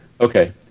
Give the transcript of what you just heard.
Okay